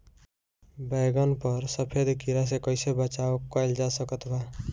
बैगन पर सफेद कीड़ा से कैसे बचाव कैल जा सकत बा?